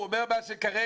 הוא אומר מה שכרגע,